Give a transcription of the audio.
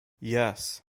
yes